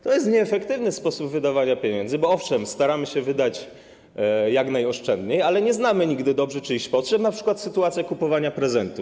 To jest nieefektywny sposób wydawania pieniędzy, bo owszem, staramy się je wydawać jak najoszczędniej, ale nie znamy nigdy dobrze czyichś potrzeb, np. sytuacja kupowania prezentu.